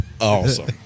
awesome